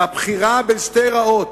לבחירה בין שתי רעות: